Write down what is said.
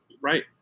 Right